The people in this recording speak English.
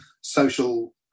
social